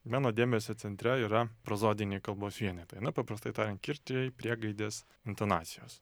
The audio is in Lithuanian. mano dėmesio centre yra prozodiniai kalbos vienetai na paprastai tariant kirčiai priegaidės intonacijos